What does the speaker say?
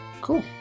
Cool